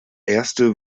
erste